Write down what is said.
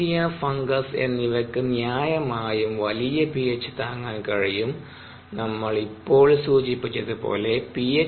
bacteria fungus എന്നിവക്ക് ന്യായമായും വലിയ പിഎച്ച് താങ്ങാൻ കഴിയും നമ്മൾ ഇപ്പോൾ സൂചിപ്പിച്ചതുപോലെ പി